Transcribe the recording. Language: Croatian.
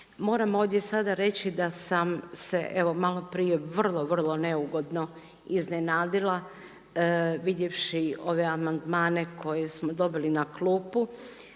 moram ovdje sada reći da sam se evo maloprije vrlo, vrlo neugodno iznenadila vidjevši ove amandmane koje smo dobili na klupu.